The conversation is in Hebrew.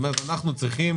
זה אומר שאנחנו צריכים